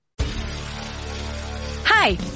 Hi